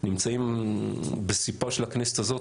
נמצאים בסיפה של הכנסת הזאת,